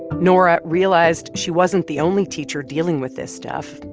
nora realized she wasn't the only teacher dealing with this stuff,